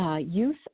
Use